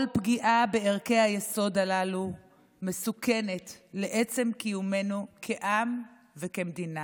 כל פגיעה בערכי היסוד הללו מסוכנת לעצם קיומנו כעם וכמדינה.